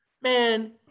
Man